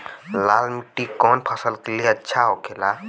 लाल मिट्टी कौन फसल के लिए अच्छा होखे ला?